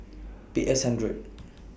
P S hundred